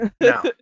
No